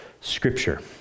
scripture